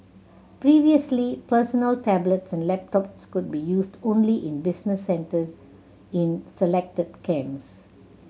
previously personal tablets and laptops could be used only in business centre in selected camps